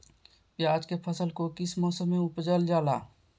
प्याज के फसल को किस मौसम में उपजल जाला?